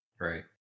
Right